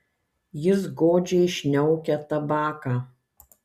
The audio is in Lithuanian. jis godžiai šniaukia tabaką